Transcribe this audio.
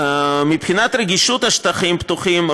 מבחינת רגישות השטחים הפתוחים,